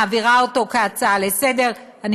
מעבירה אותו כהצעה לסדר-היום,